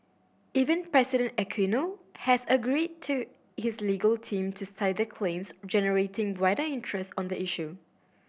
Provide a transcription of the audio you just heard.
Even President Aquino has agreed to his legal team to study the claims generating wider interest on the issue